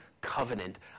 covenant